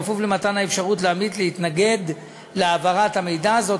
בכפוף למתן האפשרות לעמית להתנגד להעברת המידע הזה,